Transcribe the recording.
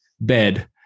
bed